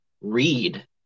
read